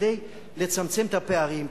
כדי לצמצם את הפערים,